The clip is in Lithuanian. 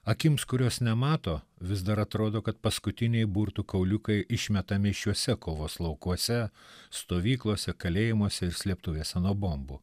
akims kurios nemato vis dar atrodo kad paskutiniai burtų kauliukai išmetami šiuose kovos laukuose stovyklose kalėjimuose ir slėptuvėse nuo bombų